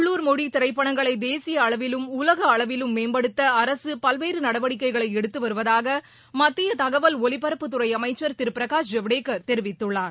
உள்ளூர் மொழி திரைப்படங்களை தேசிய அளவிலும் உலக அளவிலும் மேம்படுத்த அரசு பல்வேறு நடவடிக்கைகளை எடுத்துவருவதாக மத்திய தகவல் ஒலிபரப்புத்துறை அமைச்சர் திரு பிரகாஷ் ஜவடேகர் தெரிவித்துள்ளார்